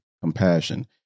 compassion